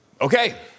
Okay